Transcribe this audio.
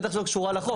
בטח שלא קשורה לחוק.